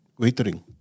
waitering